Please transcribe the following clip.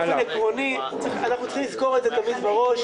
באופן עקרוני אנחנו תמיד לזכור את זה תמיד בראש,